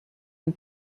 ein